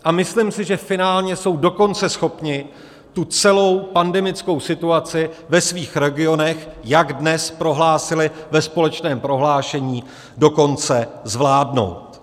A myslím si, že finálně jsou dokonce schopni tu celou situaci ve svých regionech, jak dnes prohlásili ve společném prohlášení, dokonce zvládnout.